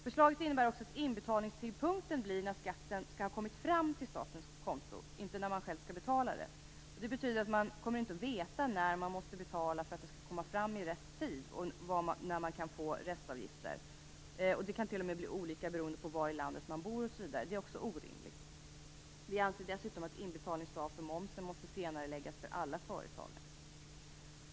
Förslaget innebär också att inbetalningstidpunkten blir det datum då skatten har kommit fram till statens konto, inte när man själv gör inbetalningen. Det betyder att man inte kommer att veta när inbetalningen skall göras för att pengarna skall komma fram i rätt tid. Inte heller kommer man att veta när man kan få restavgifter. Det kan t.o.m. vara olika beroende på var i landet man bor osv. Det är också orimligt. Vi anser dessutom att inbetalningsdag för momsen måste senareläggas för alla företag.